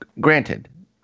granted